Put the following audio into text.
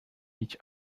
each